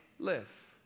live